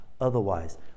otherwise